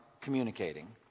communicating